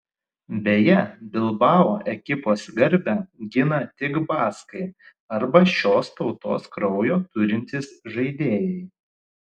beje bilbao ekipos garbę gina tik baskai arba šios tautos kraujo turintys žaidėjai